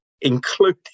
including